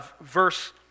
verse